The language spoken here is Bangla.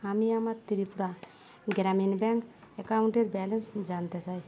আমি আমার ত্রিপুরা গ্রামীণ ব্যাঙ্ক অ্যাকাউন্টের ব্যালেন্স জানতে চাই